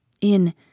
in